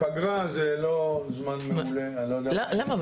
פגרה זה לא זמן מעולה --- למה,